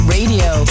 Radio